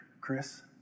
Chris